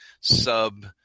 sub